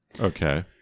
okay